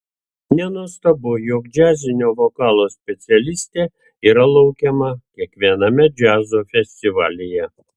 nenuostabu jog džiazinio vokalo specialistė yra laukiama kiekviename džiazo festivalyje